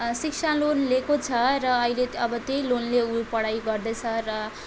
शिक्षा लोन लिएको छ र अहिले अब त्यही लोनले ऊ पढाइ गर्दैछ र